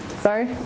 Sorry